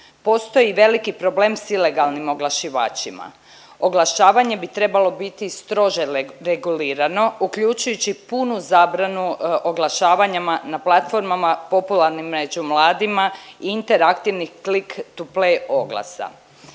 Postoji veliki problem s ilegalnim oglašivačima. Oglašavanje bi trebalo biti strože regulirano uključujući punu zabranu oglašavanja na platformama popularnim među mladima interaktivni klik to play oglasa.